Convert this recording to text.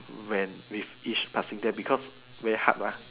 when with each passing day because very hard mah